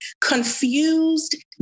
confused